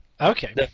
okay